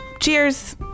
Cheers